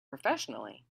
professionally